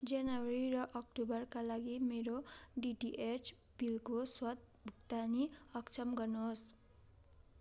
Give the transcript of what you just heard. जनवरी र अक्टोबरका लागि मेरो डिटिएच बिलको स्वत भुक्तानी अक्षम गर्नुहोस्